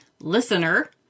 Listener